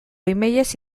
emailez